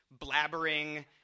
blabbering